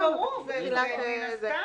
אז זה ברור מן הסתם.